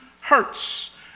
hurts